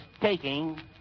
taking